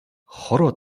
хороо